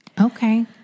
Okay